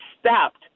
stopped